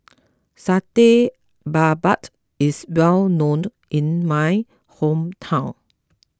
Satay Babat is well known in my hometown